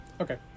Okay